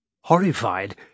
Horrified